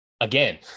again